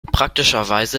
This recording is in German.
praktischerweise